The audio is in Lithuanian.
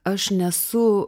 aš nesu